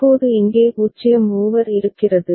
இப்போது இங்கே 0 ஓவர் இருக்கிறது